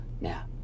now